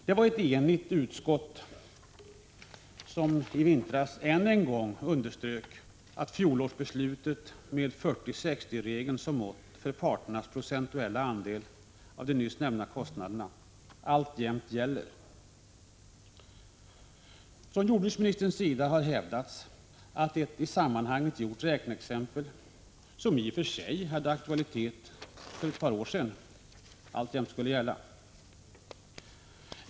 Det var ett enigt utskott som i vintras än en gång underströk att fjolårets beslut, med 40/60-regeln som mått för parternas procentuella andel av de nyss nämnda kostnaderna, alltjämt gäller. Jordbruksministern har hävdat att ett i sammanhanget gjort räkneexempel — som i och för sig hade aktualitet för ett par år sedan — alltjämt skulle gälla.